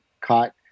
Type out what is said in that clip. caught